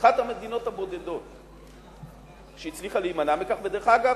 אחת המדינות הבודדות שהצליחה להימנע מכך, דרך אגב,